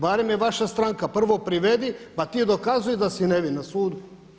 Barem je vaša stranka prvo privedi, pa ti dokazuj da si nevin na sudu.